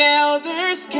elders